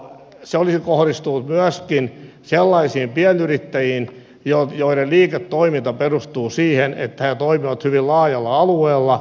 se olisi kohdistunut myöskin sellaisiin pienyrittäjiin joiden liiketoiminta perustuu siihen että he toimivat hyvin laajalla alueella